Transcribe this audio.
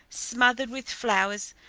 smothered with flowers,